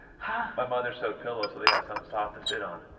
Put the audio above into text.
huh? my mother sewed pillows, so they had something soft to sit on.